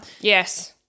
Yes